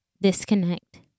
disconnect